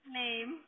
name